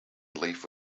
leave